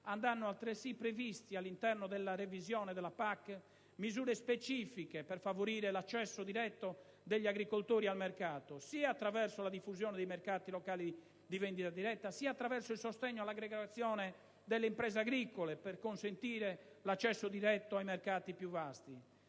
andranno altresì previste, all'interno della revisione della PAC, misure specifiche per favorire l'accesso diretto degli agricoltori al mercato, sia attraverso la diffusione dei mercati locali di vendita diretta, sia attraverso il sostegno all'aggregazione delle imprese agricole per consentire l'accesso diretto a mercati più vasti.